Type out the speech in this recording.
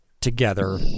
together